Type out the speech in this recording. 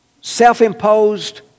self-imposed